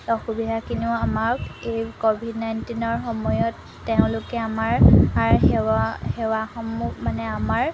অসুবিধা কিনো আমাক এই ক'ভিড নাইণ্টিনৰ সময়ত তেওঁলোকে আমাৰ সেৱা সেৱাসমূহ মানে আমাৰ